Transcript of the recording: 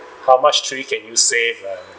how much tree can you save lah